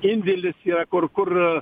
indėlis yra kur kur